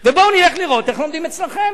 ובואו נלך לראות איך לומדים אצלכם.